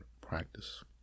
practice